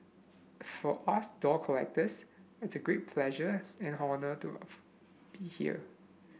for us doll collectors it's a great pleasure and honour to be here